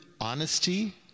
honesty